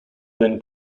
then